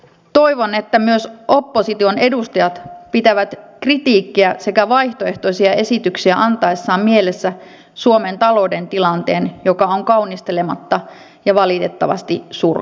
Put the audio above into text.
toivon että myös opposition edustajat pitävät kritiikkiä sekä vaihtoehtoisia esityksiä antaessaan mielessä suomen talouden tilanteen joka on kaunistelematta ja valitettavasti surkea